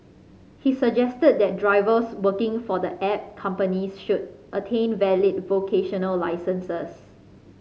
he suggested that drivers working for the app companies should attain valid vocational licences